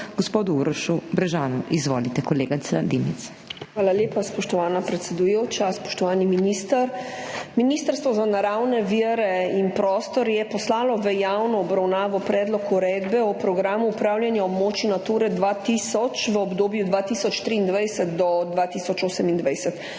gospodu Urošu Brežanu. Izvolite, kolegica Dimic. IVA DIMIC (PS NSi): Hvala lepa, spoštovana predsedujoča. Spoštovani minister. Ministrstvo za naravne vire in prostor je poslalo v javno obravnavo predlog Uredbe o programu upravljanja območij Natura 2000 za obdobje 2023–2028.